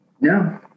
No